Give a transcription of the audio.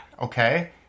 Okay